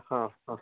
हा हा